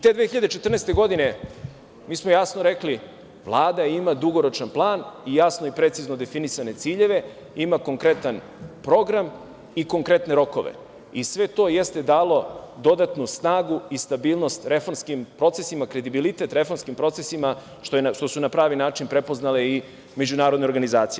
Te 2014. godine mi smo jasno rekli – Vlada ima dugoročan plan i jasno i precizno definisane ciljeve, ima konkretan program i konkretne rokove i sve to jeste dalo dodatnu snagu i stabilnost reformskim procesima, kredibilitet reformskim procesima, što su na pravi način prepoznale i međunarodne organizacije.